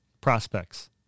prospects